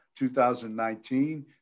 2019